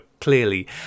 clearly